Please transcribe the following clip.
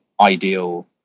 ideal